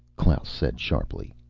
klaus said sharply.